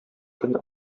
көн